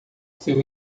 seu